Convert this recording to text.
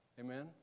Amen